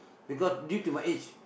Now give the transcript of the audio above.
because due to my age